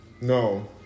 No